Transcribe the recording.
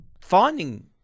finding